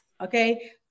Okay